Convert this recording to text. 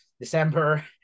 december